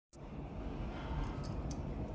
खाता खोले बर का का जेमा करे बर पढ़इया ही?